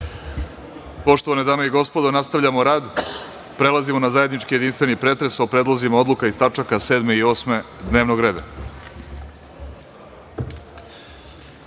Poštovane dame i gospodo, nastavljamo rad. Prelazimo na zajednički jedinstveni pretres o predlozima odluka iz tačaka 7. i 8. dnevnog